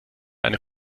eine